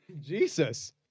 Jesus